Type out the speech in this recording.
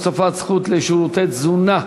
הוספת זכות לשירותי תזונה),